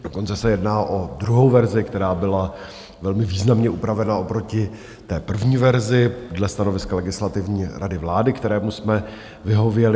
Dokonce se jedná o druhou verzi, která byla velmi významně upravena oproti té první verzi dle stanoviska Legislativní rady vlády, kterému jsme vyhověli.